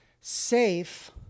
safe